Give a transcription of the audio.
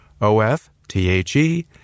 O-F-T-H-E